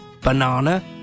banana